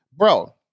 Bro